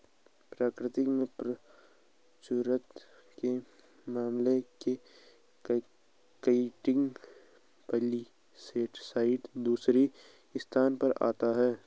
प्रकृति में प्रचुरता के मामले में काइटिन पॉलीसेकेराइड दूसरे स्थान पर आता है